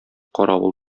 каравыл